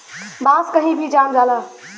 बांस कही भी जाम जाला